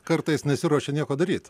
kartais nesiruošia nieko daryt